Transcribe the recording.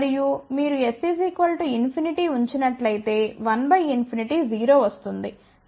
మరియు మీరు s infinity ఉంచినట్లయితే 1 ఇన్ఫినిటి 0 వస్తుంది